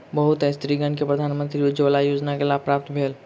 बहुत स्त्रीगण के प्रधानमंत्री उज्ज्वला योजना के लाभ प्राप्त भेल